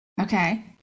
Okay